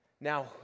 Now